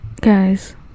Guys